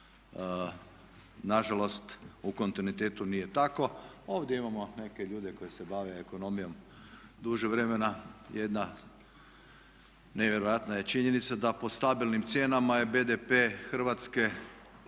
nažalost u kontinuitetu nije tako. Ovdje imamo neke ljude koji se bave ekonomijom duže vremena jedna nevjerojatna je činjenica da po stabilnim cijenama je BDP Hrvatske